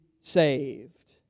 saved